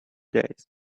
days